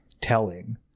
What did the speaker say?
telling